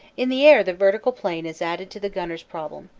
in the air the vertical plane is added to the gunner's problem,